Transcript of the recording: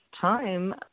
time